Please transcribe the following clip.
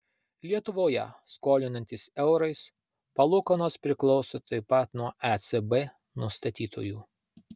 lietuvoje skolinantis eurais palūkanos priklauso taip pat nuo ecb nustatytųjų